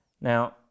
Now